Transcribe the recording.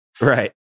Right